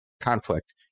conflict